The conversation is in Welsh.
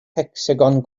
hecsagon